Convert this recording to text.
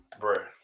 Bruh